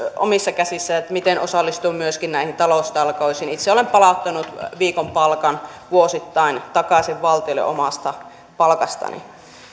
omissa käsissä on miten osallistuu myöskin näihin taloustalkoisiin itse olen palauttanut viikon palkan vuosittain takaisin valtiolle omasta palkastani